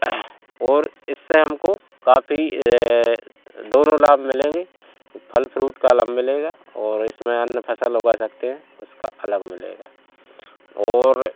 और इससे हमको काफ़ी दोनों लाभ मिलेंगे फल फ्रूट का अलग मिलेगा और इसमें अन्न फसल उगा सकते है उसका अलग मिलेगा और